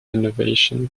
innovation